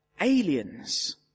aliens